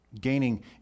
gaining